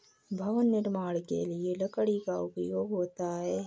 भवन निर्माण के लिए लकड़ी का उपयोग होता है